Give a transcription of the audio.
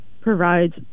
provides